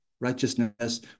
righteousness